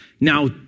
Now